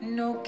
no